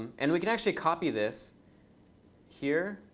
um and we can actually copy this here.